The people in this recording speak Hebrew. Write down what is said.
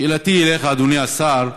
שאלתי אליך, אדוני השר: